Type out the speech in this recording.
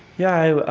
yeah,